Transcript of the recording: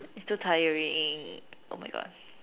it's too tiring my Gosh